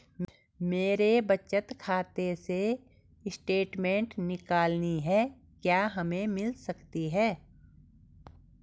मेरे बचत खाते से स्टेटमेंट निकालनी है क्या हमें मिल सकती है?